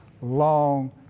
long